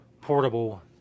portable